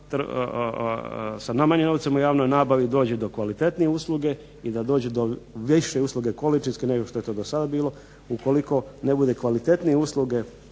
sa manjim novcima u javnoj nabavi dođe do kvalitetnije usluge i da dođe više usluge količinski nego što je to do sada bilo. Ukoliko ne bude kvalitetnije usluge